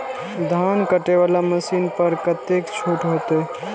धान कटे वाला मशीन पर कतेक छूट होते?